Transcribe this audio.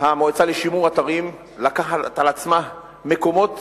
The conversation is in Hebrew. המועצה לשימור אתרים, לקחת על עצמה מקומות